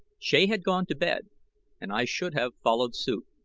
shea had gone to bed and i should have followed suit,